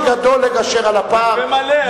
בפה מלא.